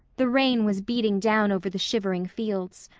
the rain was beating down over the shivering fields.